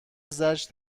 زجر